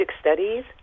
studies